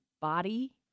body